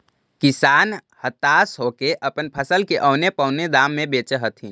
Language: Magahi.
किसान हताश होके अपन फसल के औने पोने दाम में बेचऽ हथिन